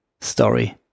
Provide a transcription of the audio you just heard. story